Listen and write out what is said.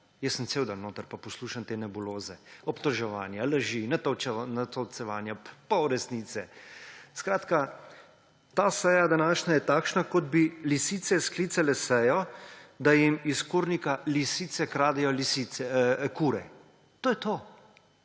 Jaz sem cel dan notri in poslušam te nebuloze, obtoževanja, laži, natolcevanja, polresnice. Skratka, ta seja današnja je takšna, kot bi lisice sklicale sejo, da jim iz kurnike lisice kradejo kure. To je to!